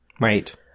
right